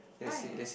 why